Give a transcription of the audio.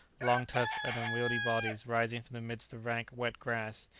long tusks and unwieldy bodies rising from amidst the rank wet grass,